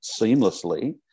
seamlessly